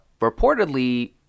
reportedly